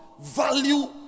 value